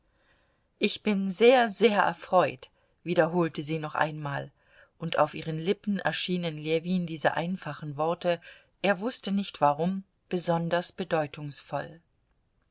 ich bin sehr sehr erfreut wiederholte sie noch einmal und auf ihren lippen erschienen ljewin diese einfachen worte er wußte nicht warum besonders bedeutungsvoll